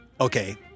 okay